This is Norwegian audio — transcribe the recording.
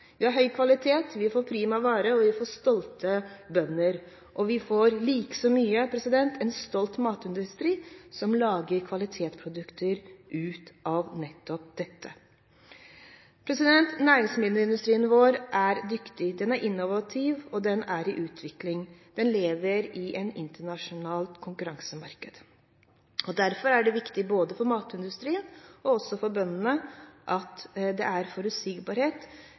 Vi har høy kvalitet, vi får prima vare, vi får stolte bønder – og vi får likså mye en stolt matindustri som lager kvalitetsprodukter av nettopp dette. Næringsmiddelindustrien vår er dyktig, den er innovativ, og den er i utvikling. Den lever i et internasjonalt konkurransemarked. Derfor er det viktig både for matindustrien og for bøndene at det er forutsigbarhet